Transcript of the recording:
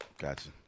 gotcha